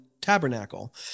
tabernacle